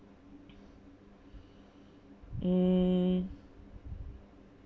mm